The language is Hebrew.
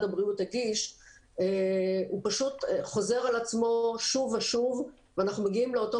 הבריאות הגיש הוא פשוט חוזר על עצמו שוב ושוב ואנחנו מגיעים לאותו